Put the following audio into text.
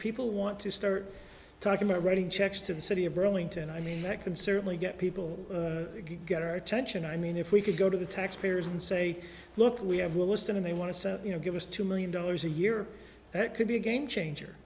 people want to start talking about writing checks to the city of burlington i can certainly get people get our attention i mean if we could go to the taxpayers and say look we have a list and they want to you know give us two million dollars a year that could be a game changer